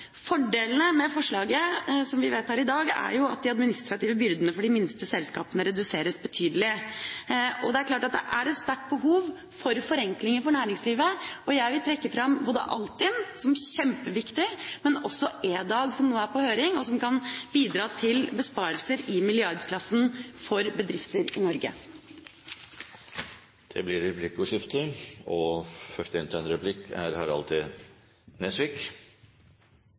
Fordelene med det forslaget som vi vedtar i dag, er jo at de administrative byrdene for de minste selskapene reduseres betydelig. Det er klart at det er et sterkt behov for forenklinger for næringslivet. Jeg vil trekke fram Altinn som kjempeviktig, men også EDAG, som nå er på høring, og som kan bidra til besparelser i milliardklassen for bedrifter i Norge. Det blir replikkordskifte.